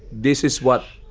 this is what,